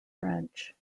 french